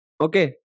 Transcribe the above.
Okay